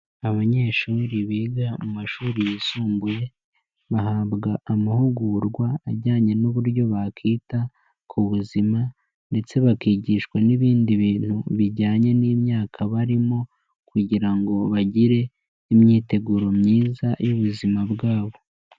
Abanyeshuri biga mu mashuri yisumbuye bahabwa amahugurwa ajyanye n'uburyo bakita ku buzima, ndetse bakigishwa n'ibindi bintu bijyanye n'imyaka barimo, kugira ngo bagire imyiteguro myiza y'ubuzima bwabo.